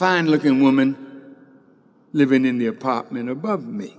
fine looking woman living in the apartment above me